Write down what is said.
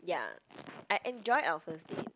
ya I enjoyed our first date